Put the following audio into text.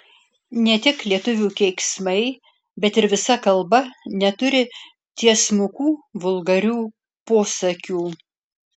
ne tik lietuvių keiksmai bet ir visa kalba neturi tiesmukų vulgarių posakių